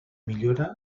millora